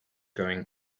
going